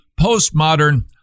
postmodern